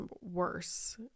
worse